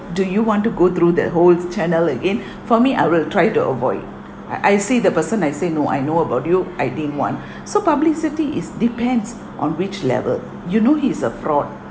do you want to go through that whole channel again for me I will try to avoid I I see the person I say no I know about you I didn't want so publicity is depends on which level you know he's a fraud